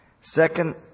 Second